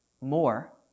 more